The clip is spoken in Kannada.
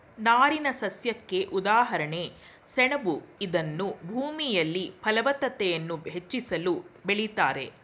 ನಾರಿನಸಸ್ಯಕ್ಕೆ ಉದಾಹರಣೆ ಸೆಣಬು ಇದನ್ನೂ ಭೂಮಿಯಲ್ಲಿ ಫಲವತ್ತತೆಯನ್ನು ಹೆಚ್ಚಿಸಲು ಬೆಳಿತಾರೆ